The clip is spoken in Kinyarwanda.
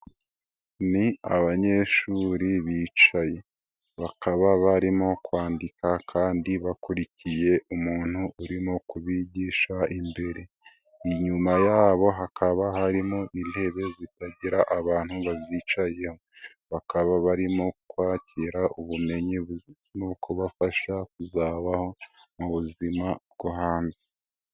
Ni abanyeshuri bicaye, bakaba barimo kwandika kandi bakurikiye umuntu urimo kubigisha imbere, inyuma yabo hakaba harimo intebe zitagira abantu bazicayeho, bakaba barimo kwakira ubumenyi no kubafasha kuzabaho mu buzima bwo hanze.